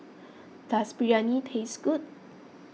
does Biryani taste good